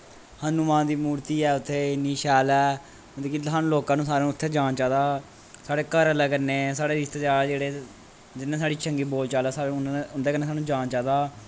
हनुमान दी मूर्ति ऐ उत्थें इन्नी शैल ऐ मतलब कि सानूं लोकां नू सारें नूं इत्थें जाना चाहिदा साढ़े घर आह्लें कन्नै साढ़े रिश्तेदार जेह्ड़े जिंदे नै साढ़ी चंगी बोलचाल ऐ उं'दे रन्नै सानूं जाना चाहिदा